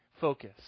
focus